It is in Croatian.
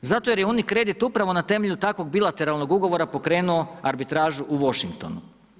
Zato jer je UniCredit upravo na temelju takvog bilateralnog ugovora pokrenuo arbitražu u Washingtonu.